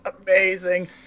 amazing